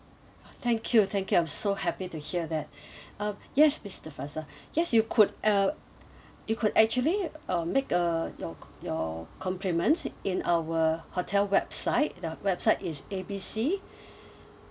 ah thank you thank you I'm so happy to hear that uh yes mister faisal yes you could uh you could actually uh make a your c~ your compliments in our hotel website the website is A B C